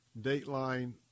Dateline